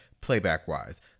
playback-wise